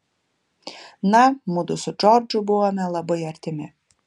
na mudu su džordžu buvome labai artimi